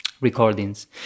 recordings